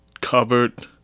covered